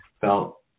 felt